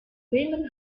bremen